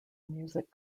music